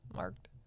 marked